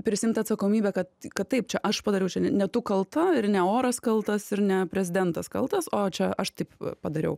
prisiimt atsakomybę kad kad taip čia aš padariau ne tu kalta ir ne oras kaltas ir ne prezidentas kaltas o čia aš taip padariau